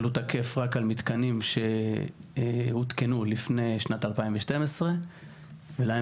אבל הוא תקף רק על מתקנים שהותקנו לפני שנת 2012. ולהם